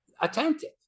attentive